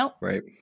Right